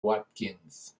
watkins